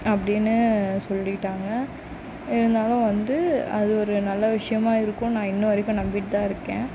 அப்படினு சொல்லிவிட்டாங்க இருந்தாலும் வந்து அது ஒரு நல்ல விஷியமாக இருக்குன்னு நான் இன்ன வரைக்கும் நம்பிகிட்டு தான் இருக்கேன்